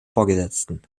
vorgesetzten